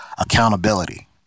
accountability